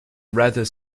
rather